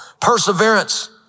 Perseverance